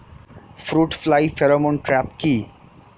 Fruit fly pheromone trap কি?